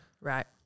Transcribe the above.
right